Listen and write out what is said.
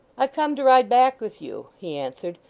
i come to ride back with you he answered,